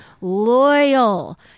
loyal